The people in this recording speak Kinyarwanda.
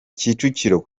kicukiro